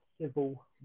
Civil